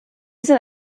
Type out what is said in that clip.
sind